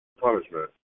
punishment